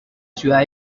ciudad